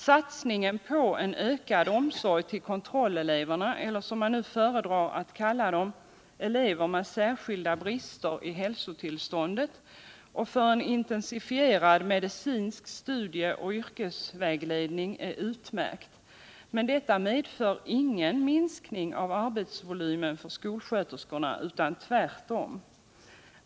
Satsningen på en ökad omsorg till kontrolleleverna eller, som man föredrar att kalla dem, elever med särskilda brister i hälsotillståndet och satsningen på en intensifierad medicinsk studieoch yrkesvägledning är utmärkt. Men detta medför ingen minskning av arbetsvolymen för sjuksköterskorna. Tvärtom.